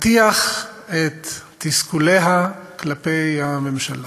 להטיח את תסכוליה בממשלה,